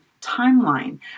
timeline